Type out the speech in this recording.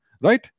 right